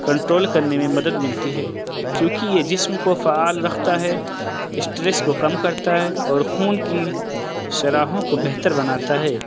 control کرنے میں مدد ملتی ہے چونکہ یہ جسم کو فعّال رکھتا ہے اسٹرس کو کم کرتا ہے اور خون کی شاہراہوں کو بہتر بناتا ہے